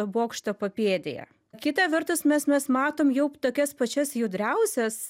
bokšto papėdėje kita vertus mes mes matom jau tokias pačias judriausias